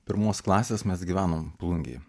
pirmos klasės mes gyvenom plungėj